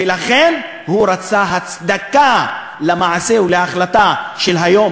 ולכן הוא רצה הצדקה למעשה ולהחלטה היום